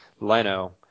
leno